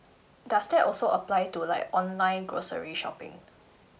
does that also apply to like online grocery shopping